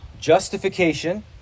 justification